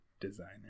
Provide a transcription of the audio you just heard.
Designer